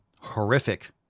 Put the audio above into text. horrific